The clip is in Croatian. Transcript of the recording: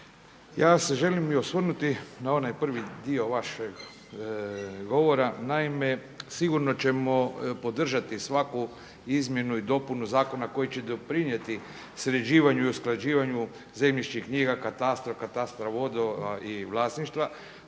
Ja se želim osvrnuti na onaj prvi dio vašeg govora. Naime, sigurno ćemo podržati svaku izmjenu i dopunu zakona koji će doprinijeti sređivanju i usklađivanju zemljišnih knjiga, katastra, katastra vodova i vlasništva,